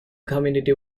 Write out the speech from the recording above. community